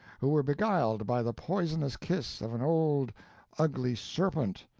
who were beguiled by the poisonous kiss of an old ugly serpent,